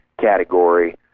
category